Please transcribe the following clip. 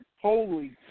holy